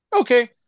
Okay